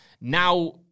Now